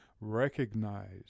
recognize